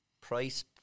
price